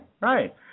right